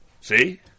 See